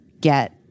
get